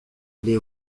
les